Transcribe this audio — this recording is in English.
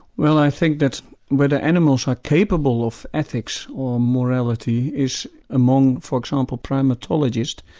well i think that's whether animals are capable of ethics or morality is among for example, primatologists,